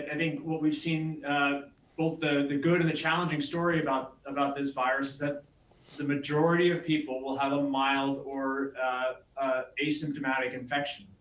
and think what we've seen both the good and the challenging story about about this virus is that the majority of people will have a mild or asymptomatic infection.